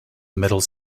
middle